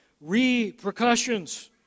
repercussions